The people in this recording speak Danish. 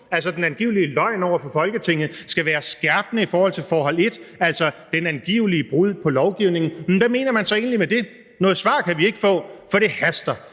altså den angivelige løgn over for Folketinget, skal være skærpende i forhold til forhold 1, altså det angivelige brud på lovgivningen, hvad mener man så egentlig med det? Noget svar kan vi ikke få, for det haster.